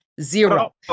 zero